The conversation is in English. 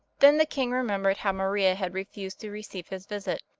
then the king remembered how maria had refused to receive his visit,